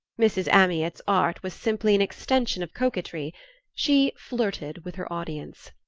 mrs. amyot's art was simply an extension of coquetry she flirted with her audience.